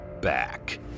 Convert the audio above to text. back